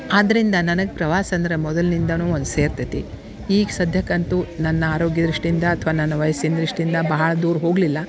ಆದ್ದರಿಂದ ನನಗೆ ಪ್ರವಾಸ ಅಂದ್ರ ಮೊದಲಿನಿಂದನೂ ಅದು ಸೇರ್ತೈತಿ ಈಗ ಸದ್ಯಕಂತು ನನ್ನ ಆರೋಗ್ಯ ದೃಷ್ಟಿಯಿಂದ ಅಥ್ವಾ ನನ್ನ ವಯಸ್ಸಿನ ದೃಷ್ಟಿಯಿಂದ ಭಾಳ ದೂರ ಹೋಗಲಿಲ್ಲ